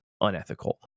unethical